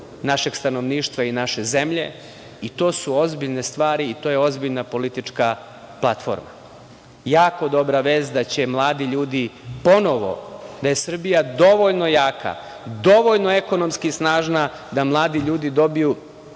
našeg stanovništva i naše zemlje. To su ozbiljne stvari i to je ozbiljna politička platforma. Jako je dobra vest da će mladi ljudi ponovo, da je Srbija dovoljno jaka, dovoljno ekonomski snažna, dobiti